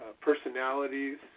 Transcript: personalities